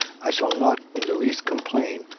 i shall not in the least complain,